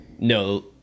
No